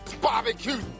barbecue